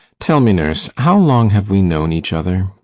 tell me, nurse, how long have we known each other?